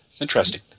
Interesting